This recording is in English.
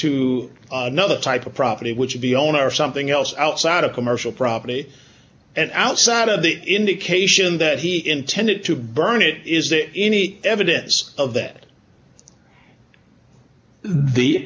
to another type of property which would be owner or something else outside of commercial property and outside of the indication that he intended to burn it is there any evidence of that the